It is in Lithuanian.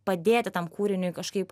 padėti tam kūriniui kažkaip